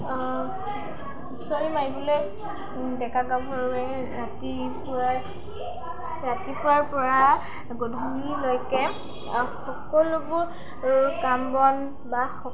হুঁচৰি মাৰিবলৈ ডেকা গাভৰুৱে ৰাতিপুৱাই ৰাতিপুৱাৰ পৰা গধূলিলৈকে সকলোবোৰ কাম বন বা